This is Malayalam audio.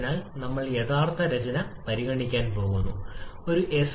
ഇവിടെ ഒരു മാറ്റവുമില്ലെന്ന് ഓർമ്മിക്കുക ഈ പോയിന്റിന്റെ സ്ഥാനം 2